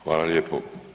Hvala lijepo.